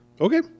Okay